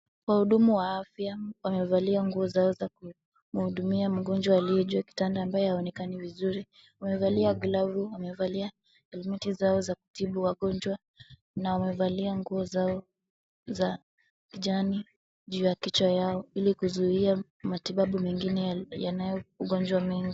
Wahudumu wa afya wamevalia nguo zao za kuhudumia mgonjwa aliye juu ya kitanda ambaye haonekani vizuri. Wamevalia glavu, wamevalia kabutiti zao za kutibu wagonjwa na wamevalia nguo zao za kijani juu ya kichwa chao hili kuzuia magonjwa mengine..